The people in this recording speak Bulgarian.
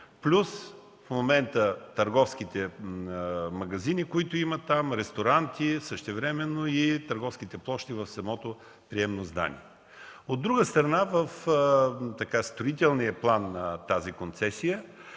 плюс в момента търговските магазини, които има там, ресторанти, а същевременно и търговските площи в самото приемно здание. От друга страна, в строителния план на концесията